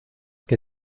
que